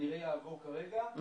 כנראה יעבור כרגע,